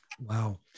Wow